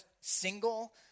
single